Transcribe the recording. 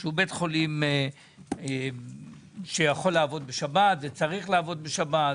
שהוא בית חולים שיכול וצריך לעבוד בשבת.